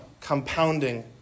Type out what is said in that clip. compounding